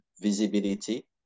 visibility